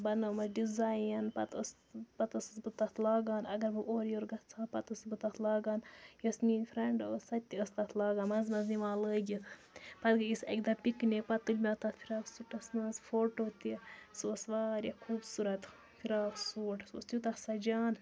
بَنومَس design پَتہٕ ٲس پَتہٕ ٲسٕس بہٕ تَتھ لاگان اَگر بہٕ اورٕ یورٕ گَژھٕ ہا پَتہٕ ٲسٕس بہٕ تَتھ لاگان یۄس میٛٲنۍ فرٛٮ۪نٛڈ ٲس سۄ تہِ ٲس تَتھ لاگان مَنٛزٕ منٛزٕ نِوان لٲگِتھ پَتہٕ گٔے أسۍ اَکہِ دۄہ پِکنِک پَتہٕ تُلۍ مےٚ تَتھ فِراک سوٗٹَس منٛز فوٹو تہِ سُہ اوس واریاہ خوٗبصوٗرَت فِراک سوٗٹ سُہ اوس تیوٗتاہ سَجان